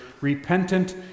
repentant